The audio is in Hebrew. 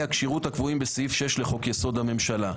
הכשירות הקבועים בסעיף 6 לחוק-יסוד: הממשלה.